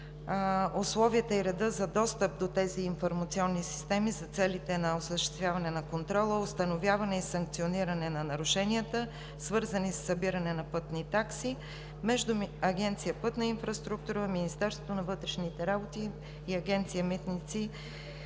ведомства, условията и редът за достъп до тези информационни системи за целите на осъществяване на контрола, установяване и санкциониране на нарушенията, свързани със събиране на пътни такси между Агенция „Пътна инфраструктура“, Министерството на вътрешните работи и Агенция „Митници“,